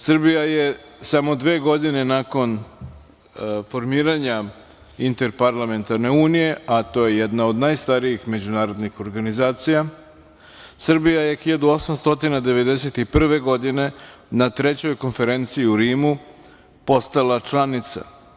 Srbija je samo dve godine nakon formiranja Interparlamentarne unije, a to je jedna od najstarijih međunarodnih organizacija, Srbija je 1891. godine na trećoj Konferenciji u Rimu postala članica.